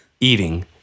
eating